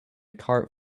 cart